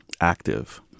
active